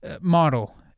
Model